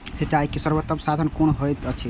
सिंचाई के सर्वोत्तम साधन कुन होएत अछि?